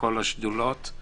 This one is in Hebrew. וכל השדולות.